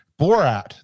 Borat